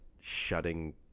shutting